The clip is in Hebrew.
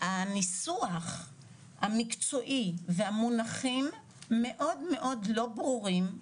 הניסוח המקצועי והמונחים מאוד לא ברורים,